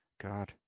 God